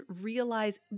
realize